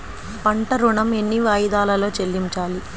పంట ఋణం ఎన్ని వాయిదాలలో చెల్లించాలి?